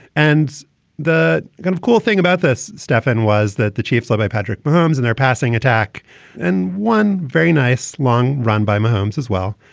and the kind of cool thing about this, stefan, was that the chiefs, led by patrick mahomes and their passing attack and one very nice long run by mahomes as well,